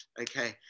okay